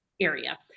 area